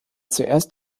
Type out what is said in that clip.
zuerst